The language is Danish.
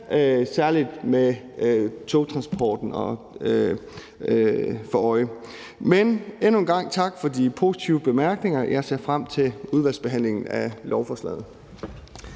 særlig med togtransporten for øje. Endnu en gang tak for de positive bemærkninger. Jeg ser frem til udvalgsbehandlingen af lovforslaget.